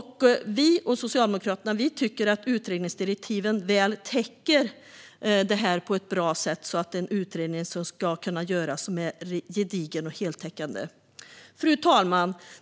Vi socialdemokrater tycker att utredningsdirektiven täcker detta på ett bra sätt, så att en gedigen och heltäckande utredning ska kunna göras. Fru talman!